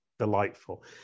delightful